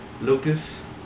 Lucas